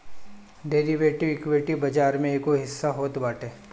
derivative, equity बाजार के एगो हिस्सा होत बाटे